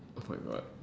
oh my god